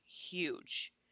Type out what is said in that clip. huge